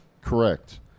Correct